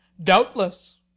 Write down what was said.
doubtless